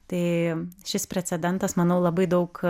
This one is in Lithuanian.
taigi šis precedentas manau labai daug